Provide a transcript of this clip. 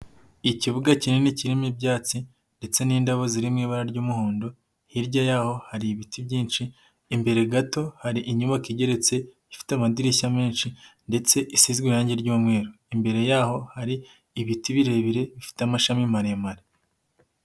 Ikibuga kinini kirimo ibyatsi ndetse n'indabo zirimo ibara ry'umuhondo, hirya yaho hari ibiti byinshi imbere gato hari inyubako igeretse ifite amadirishya menshi ndetse isizwe irangi ry'umweru. Imbere yaho hari ibiti birebire bifite amashami maremare.